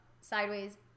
Sideways